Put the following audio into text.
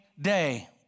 day